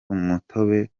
umutobe